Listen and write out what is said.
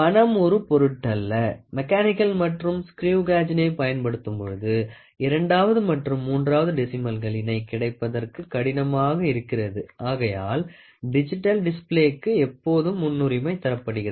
பணம் ஒரு பொருட்டல்ல மெக்கானிக்கல் மற்றும் ஸ்கிரெவ் காஜினை பயன்படுத்தும் பொழுது இரண்டாவது மற்றும் மூன்றாவது டெசிமல்களினை கிடைப்பதற்கு கடினமாக இருக்கிறது ஆகையால் டிஜிட்டல் டிஸ்ப்ளேக்கு எப்போதும் முன்னுரிமை தரப்படுகிறது